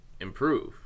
improve